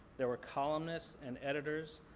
there were columnist and editors.